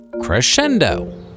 Crescendo